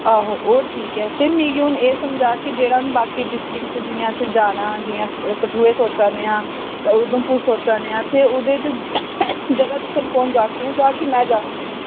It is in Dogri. आहो ओह् ठीक ऐ ते मिगी हून एह् समझा कि जेह्ड़ा हून बाकी डिस्टिक च जि'यां असें जाना जि'यां कठुए सोचै ने आं उधमपुर सोचै ने आं ते ओह्दे च जगह् दिक्खन कौन जाह्ग तू जाह्ग कि मैं जाह्गी